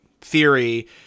theory